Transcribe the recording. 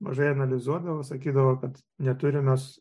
mažai analizuodavo sakydavo kad neturim mes